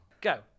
Go